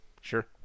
sure